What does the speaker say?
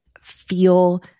feel